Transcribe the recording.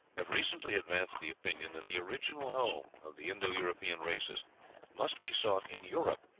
have recently advanced the opinion that the original home of the indo-european races must be sought in europe,